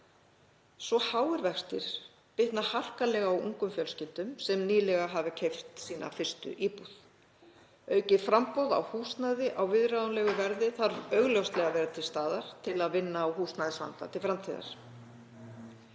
Svo háir vextir bitna harkalega á ungum fjölskyldum sem nýlega hafa keypt sína fyrstu íbúð. Aukið framboð á húsnæði á viðráðanlegu verði þarf augljóslega að vera til staðar til að vinna á húsnæðisvanda til framtíðar.